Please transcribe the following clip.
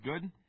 good